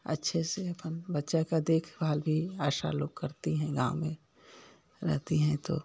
अच्छे से बच्चा का देखभाल भी आशा लोग करती हैं गाँव में रहती हैं तो